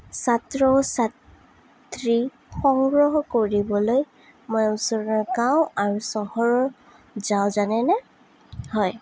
ছাত্ৰ ছাত্ৰী সংগ্ৰহ কৰিবলৈ মই ওচৰৰ গাঁও আৰু চহৰৰ যাওঁ জানেনে হয়